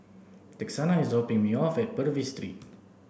Texanna is dropping me off at Purvis Street